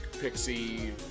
pixie